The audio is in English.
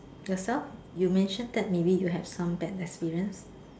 yourself you mention that maybe you have some bad experience